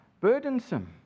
burdensome